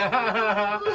ha